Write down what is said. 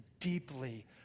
deeply